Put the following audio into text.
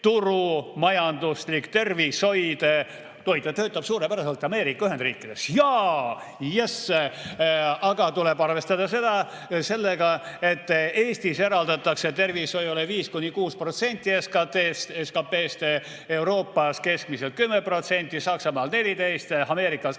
turumajanduslik tervishoid töötab suurepäraselt Ameerika Ühendriikides. Jaa! Yes! Aga tuleb arvestada sellega, et Eestis eraldatakse tervishoiule 5–6% SKT-st, Euroopas keskmiselt 10%, Saksamaal 14%, Ameerikas 18%.